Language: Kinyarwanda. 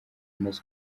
amaze